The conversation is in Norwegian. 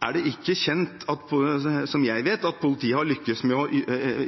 er det ikke kjent, så vidt jeg vet, at politiet har lykkes med å